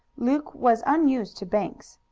luke was unused to banks.